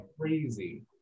crazy